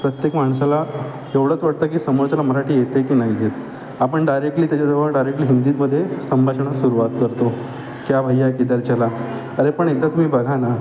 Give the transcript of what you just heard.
प्रत्येक माणसाला एवढंच वाटतं की समोरच्याला मराठी येते की नाही येत आपण डायरेक्टली त्याच्यासोबत डायरेक्टली हिंदीमध्ये संभाषणास सुरवात करतो क्या भैया किधर चला अरे पण एकदा तुम्ही बघा ना